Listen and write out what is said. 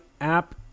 App